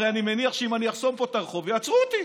הרי אני מניח שאם אני אחסום פה את הרחוב יעצרו אותי,